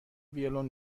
ویلون